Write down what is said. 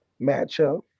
matchup